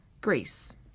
Greece